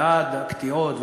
ועד הקטיעות,